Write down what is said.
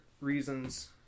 reasons